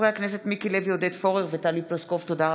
הכנסת מיקי לוי, עודד פורר וטלי פלוסקוב בנושא: